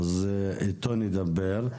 אז איתו נדבר.